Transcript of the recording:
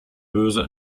böse